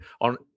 on